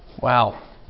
Wow